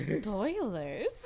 Spoilers